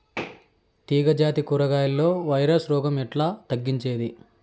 తీగ జాతి కూరగాయల్లో వైరస్ రోగం ఎట్లా తగ్గించేది?